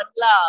love